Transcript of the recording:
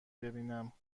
ببینم